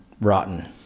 rotten